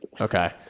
Okay